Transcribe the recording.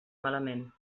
malament